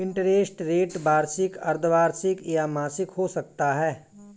interest rate वार्षिक, अर्द्धवार्षिक या मासिक हो सकता है